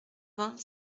vingt